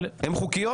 הן חוקיות?